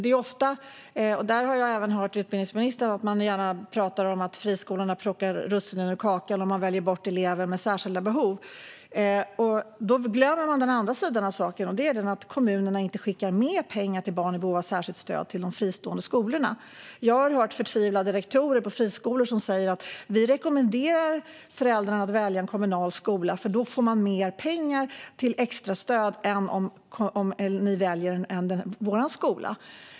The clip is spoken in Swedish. Man pratar gärna, även utbildningsministern, om att friskolorna plockar russinen ur kakan och väljer bort elever med särskilda behov. Men då glömmer man den andra sidan av saken, nämligen att kommunerna inte skickar med pengar till barn i behov av särskilt stöd till de fristående skolorna. Jag har hört förtvivlade rektorer på friskolor som säger att de rekommenderar föräldrarna att välja en kommunal skola, för då får man mer pengar till extra stöd än om man väljer deras skola.